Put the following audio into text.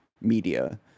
media